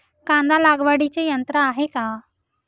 कांदा लागवडीचे यंत्र आहे का?